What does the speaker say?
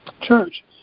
church